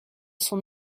son